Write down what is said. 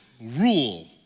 Rule